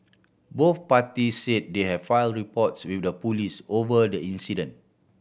both party said they have file reports with the police over the incident